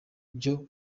byo